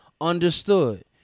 understood